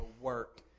work